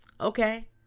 okay